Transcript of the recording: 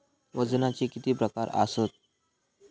वजनाचे किती प्रकार आसत?